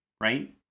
right